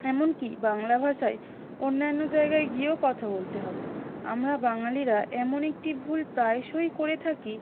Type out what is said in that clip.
এমন কি বাংলা ভাষায় অন্যান্য জায়গায় গিয়েও কথা বলতে হবে আমরা বাঙালিরা এমন একটি ভুল প্রায়শই করে থাকি